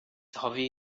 hobby